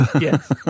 Yes